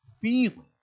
feeling